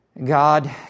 God